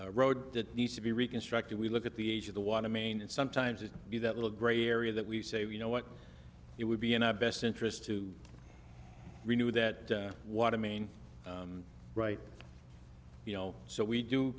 a road that needs to be reconstructed we look at the age of the water main and sometimes it be that little gray area that we say you know what it would be in our best interest to renew that water main right you know so we do